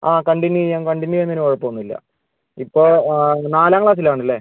ആ കണ്ടിന്യൂ ചെയ്യാം കണ്ടിന്യൂ ചെയ്യുന്നതിന് കുഴപ്പം ഒന്നും ഇല്ല ഇപ്പോൾ നാലാം ക്ലാസിൽ ആണ് അല്ലേ